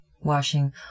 Washing